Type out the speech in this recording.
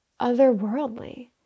otherworldly